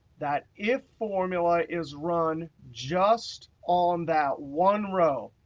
that if formula is run just on that one row,